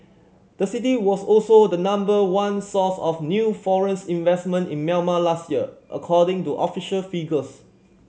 the city was also the number one source of new foreign's investment in Myanmar last year according to official figures